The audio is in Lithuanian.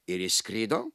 ir išskrido